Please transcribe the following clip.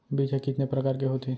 बीज ह कितने प्रकार के होथे?